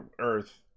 earth